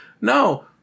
No